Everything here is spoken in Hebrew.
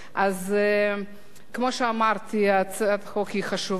כמו שאמרתי, הצעת החוק היא חשובה מאוד.